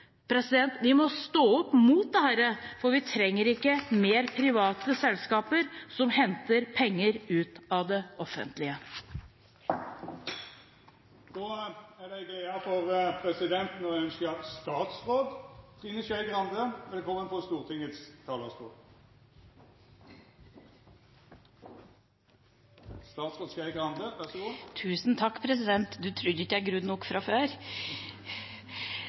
Vi må stå opp mot dette, for vi trenger ikke flere private selskaper som henter penger ut av det offentlige. Då er det ei glede for presidenten å ønskja statsråd Trine Skei Grande velkommen på Stortingets talarstol. Tusen takk, president. Trodde du ikke jeg grudde meg nok fra før?